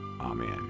Amen